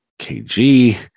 KG